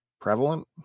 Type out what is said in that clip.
Prevalent